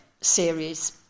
series